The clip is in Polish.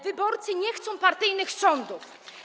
Wyborcy nie chcą partyjnych sądów.